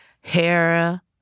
Hair